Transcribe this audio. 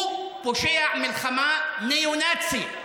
הוא פושע מלחמה ניאו-נאצי,